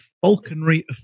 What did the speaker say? falconry